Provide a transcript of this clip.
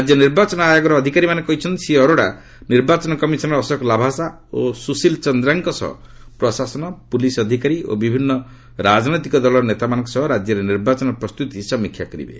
ରାଜ୍ୟ ନିର୍ବାଚନ ଆୟୋଗର ଅଧିକାରୀମାନେ କହିଛନ୍ତି ଶ୍ରୀ ଅରୋଡା ନିର୍ବାଚନ କମିଶନର ଅଶୋକ ଲାଭାସା ଓ ସୁଶୀଲ ଚନ୍ଦ୍ରାଙ୍କ ସହ ପ୍ରଶାସନ ପୁଲିସ୍ ଅଧିକାରୀ ଓ ବିଭିନ୍ନ ରାଜନୈତିକ ଦଳର ନେତାମାନଙ୍କ ସହ ରାଜ୍ୟରେ ନିର୍ବାଚନ ପ୍ରସ୍ତୁତି ସମୀକ୍ଷା କରିବେ